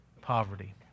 poverty